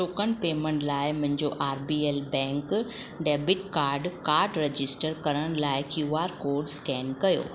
token payment लाइ मुंहिंजो R B L bank debit card card register करण लाइ कयू आर कोड स्केन कयो